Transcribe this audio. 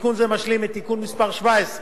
תיקון זה משלים את תיקון מס' 17